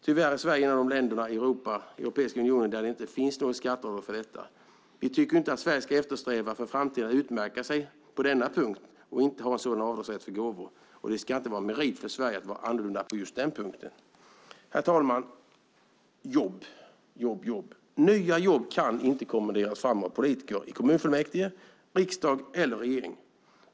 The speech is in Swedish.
Tyvärr är Sverige ett av de länder i Europeiska unionen där det inte finns något skatteavdrag för detta. Vi tycker inte att Sverige ska eftersträva att för framtiden utmärka sig på denna punkt. Det ska inte vara en merit för Sverige att vara annorlunda på just den punkten. Herr talman! Jobb, jobb, jobb! Nya jobb kan inte kommenderas fram av politiker i kommunfullmäktige, riksdagen eller regeringen.